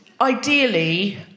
Ideally